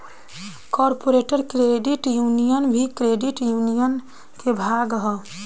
corporate credit union भी credit union के भाग ह